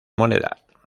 moneda